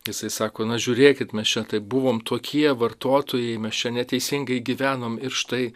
jisai sako na žiūrėkit mes čia taip buvom tokie vartotojai mes čia neteisingai gyvenom ir štai